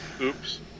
Oops